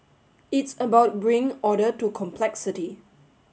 it's about bringing order to complexity